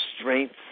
strength